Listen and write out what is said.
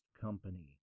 company